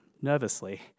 nervously